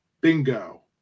bingo